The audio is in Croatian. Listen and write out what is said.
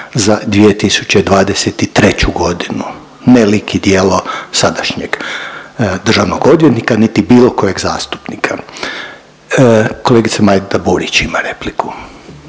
za 2023.g. ni lik i djelo sadašnjeg državnog odvjetnika niti bilo kojeg zastupnika. Kolegica Majda Burić ima repliku.